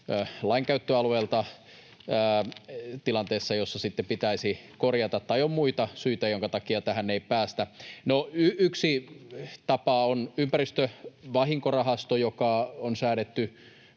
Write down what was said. lainkäyttöalueelta tilanteessa, jossa sitten pitäisi korjata, tai on muita syitä, joiden takia tähän ei päästä. No, yksi tapa on ympäristövahinkorahasto, joka on säädetty